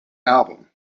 album